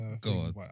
God